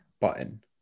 button